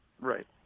Right